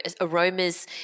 aromas